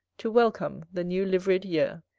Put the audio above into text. to welcome the new-livery'd year.